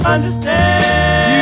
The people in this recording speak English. Understand